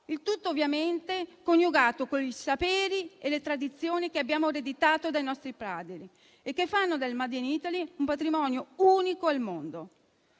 Il tutto, ovviamente, è coniugato con i saperi e le tradizioni che abbiamo ereditato dai nostri padri e che fanno del *made in Italy* un patrimonio unico al mondo.